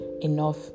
enough